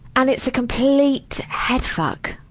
and it's a complete head fuck.